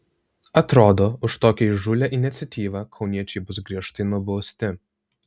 atrodo už tokią įžūlią iniciatyvą kauniečiai bus griežtai nubausti